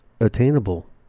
attainable